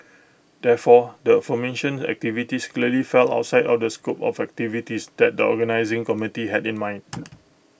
therefore the aforementioned activities clearly fell outside of the scope of activities that the organising committee had in mind